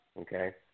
Okay